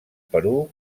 perú